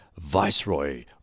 Viceroy